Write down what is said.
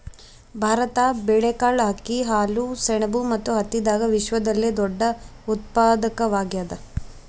ಭಾರತ ಬೇಳೆಕಾಳ್, ಅಕ್ಕಿ, ಹಾಲು, ಸೆಣಬು ಮತ್ತು ಹತ್ತಿದಾಗ ವಿಶ್ವದಲ್ಲೆ ದೊಡ್ಡ ಉತ್ಪಾದಕವಾಗ್ಯಾದ